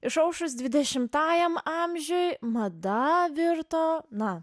išaušus dvidešimtajam amžiui mada virto na